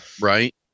Right